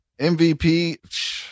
MVP